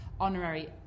honorary